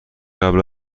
قبل